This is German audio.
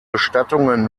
bestattungen